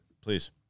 please